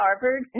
Harvard